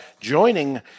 joining